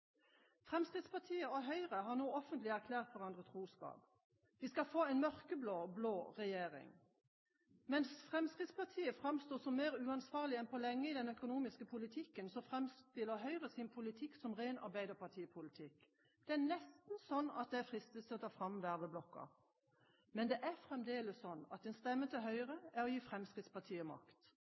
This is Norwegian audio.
Fremskrittspartiet og Høyre har nå offentlig erklært hverandre troskap. Vi skal få en mørkeblå-blå regjering. Mens Fremskrittspartiet framstår som mer uansvarlig enn på lenge i den økonomiske politikken, framstiller Høyre sin politikk som ren arbeiderpartipolitikk. Det er nesten sånn at jeg fristes til å ta fram verveblokken. Men det er fremdeles sånn at en stemme til Høyre er å gi Fremskrittspartiet makt.